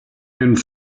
and